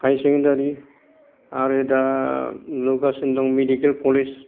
higher secondary आरो दा लुगासिनो दं मेदिकेल कलेज